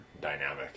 dynamic